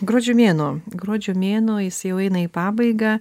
gruodžio mėnuo gruodžio mėnuo jis jau eina į pabaigą